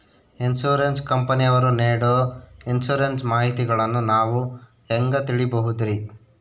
Insurance ಕಂಪನಿಯವರು ನೇಡೊ insurance ಮಾಹಿತಿಗಳನ್ನು ನಾವು ಹೆಂಗ ತಿಳಿಬಹುದ್ರಿ?